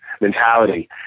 mentality